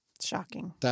Shocking